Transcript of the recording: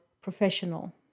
professional